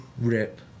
Rip